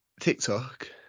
TikTok